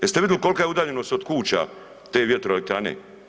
Jeste vidjeli kolka je udaljenost od kuća te vjetroelektrane?